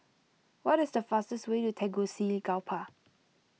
what is the fastest way to Tegucigalpa